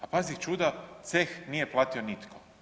A pazi čuda, ceh nije platio nitko.